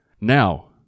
Now